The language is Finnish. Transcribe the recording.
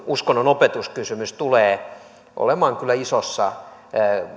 uskonnonopetuskysymys tulee kyllä olemaan isossa